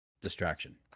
distraction